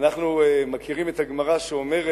אנחנו מכירים את הגמרא שאומרת: